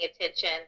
attention